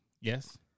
Yes